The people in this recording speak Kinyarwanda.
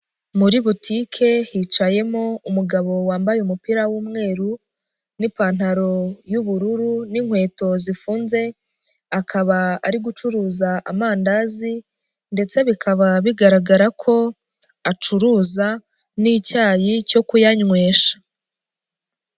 Muri butike hicayemo umugabo wambaye umupira w'umweru n'ipantaro y'ubururu n'inkweto zifunze, akaba ari gucuruza amandazi ndetse bikaba bigaragara ko acuruza n'icyayi cyo kuyanywesha.